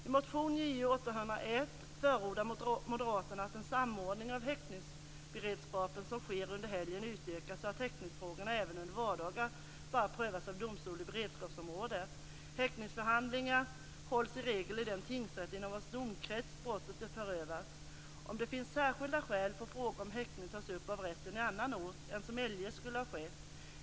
I motion Ju801 förordar Moderaterna att den samordning av häktningsberedskapen som sker under helgen utökas så att häktningsfrågorna även under vardagar bara prövas av en domstol i beredskapsområdet. Häktningsförhandlingar hålls i regel i den tingsrätt inom vars domkrets brottet förövats. Om det finns särskilda skäl får frågor om häktning tas upp av rätten i en annan ort än som eljest skulle ha skett.